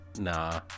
nah